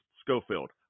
Schofield